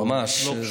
ממש.